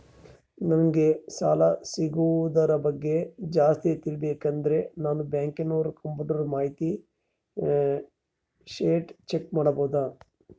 ನಂಗೆ ಸಾಲ ಸಿಗೋದರ ಬಗ್ಗೆ ಜಾಸ್ತಿ ತಿಳಕೋಬೇಕಂದ್ರ ನಾನು ಬ್ಯಾಂಕಿನೋರ ಕಂಪ್ಯೂಟರ್ ಮಾಹಿತಿ ಶೇಟ್ ಚೆಕ್ ಮಾಡಬಹುದಾ?